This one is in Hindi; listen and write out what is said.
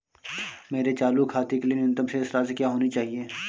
मेरे चालू खाते के लिए न्यूनतम शेष राशि क्या होनी चाहिए?